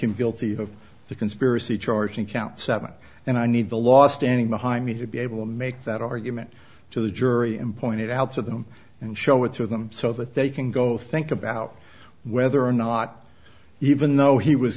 him guilty of the conspiracy charge and count seven and i need the last ending behind me to be able to make that argument to the jury him point it out to them and show it to them so that they can go think about whether or not even though he was